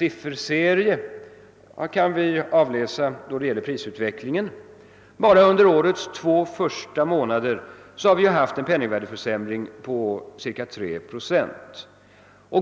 utveckling kan vi avläsa, då det gäller prisutvecklingen. Bara under årets två första månader har vi haft en penningvärdeförsämring på cirka 3 procent.